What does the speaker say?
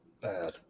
bad